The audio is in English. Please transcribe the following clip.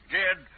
dead